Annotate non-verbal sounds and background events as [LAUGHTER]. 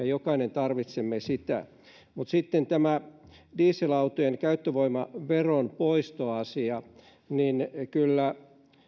[UNINTELLIGIBLE] jokainen tarvitsee sitä mutta sitten tämä dieselautojen käyttövoimaveron poisto asia kyllä